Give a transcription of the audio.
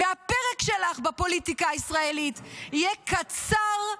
והפרק שלך בפוליטיקה הישראלית יהיה קצר,